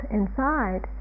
inside